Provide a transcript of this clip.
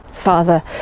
Father